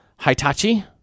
Hitachi